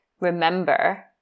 remember